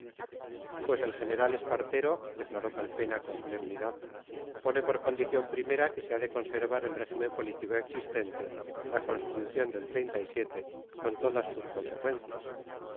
pues el general espartero declaró calpena con solemnidad pone por condición primera que se ha de conservar el régimen político existente la constitución del con todas sus consecuencias